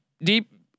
deep